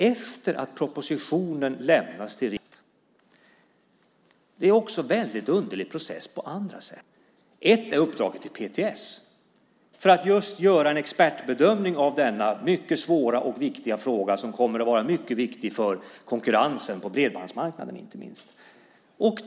Efter det att propositionen lämnas till riksdagen vidtas i all hast ett antal åtgärder. En är uppdraget till PTS för att just göra en expertbedömning av denna mycket svåra och viktiga fråga som kommer att vara mycket viktig för konkurrensen på inte minst bredbandsmarknaden.